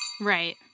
Right